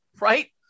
right